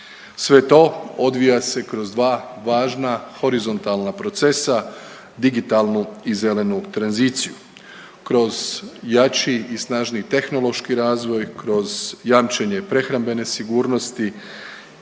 Sve to odvija se kroz dva važna horizontalna procesa digitalnu i zelenu tranziciju, kroz jači i snažniji tehnološki razvoj, kroz jamčenje prehrambene sigurnosti